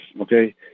okay